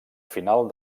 final